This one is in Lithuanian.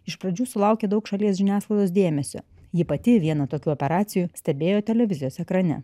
iš pradžių sulaukė daug šalies žiniasklaidos dėmesio ji pati vieną tokių operacijų stebėjo televizijos ekrane